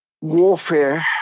warfare